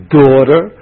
daughter